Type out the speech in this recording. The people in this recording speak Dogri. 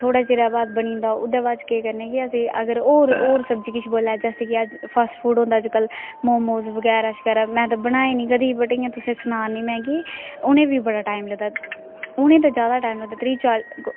थोह्ड़ै चिरै बाद बनी जंदा ओह्दै बाद केह् करने अस कि होर सब्जी अजकल्ल फास्टफूड़ होंदा अजकल्ल मोमोस सोमोसे बगैरा में ते बनाए निं कदैं बट तुसेंगी सनानी में कि उ'नें गी बी बड़ा टाईम लगदा उ'नें गी ते त्रीह् चाल्ली